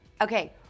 Okay